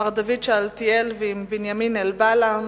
מר דוד שאלתיאל, ועם בנימין אלבאלה.